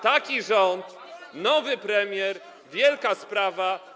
Taki rząd, nowy premier, wielka sprawa.